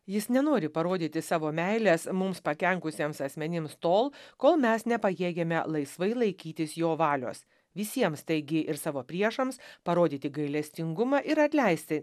jis nenori parodyti savo meilės mums pakenkusiems asmenims tol kol mes nepajėgiame laisvai laikytis jo valios visiems taigi ir savo priešams parodyti gailestingumą ir atleisti